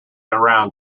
around